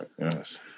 yes